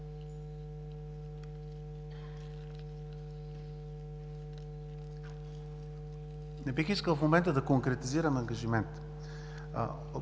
Не бих искал в момента да конкретизирам ангажимент.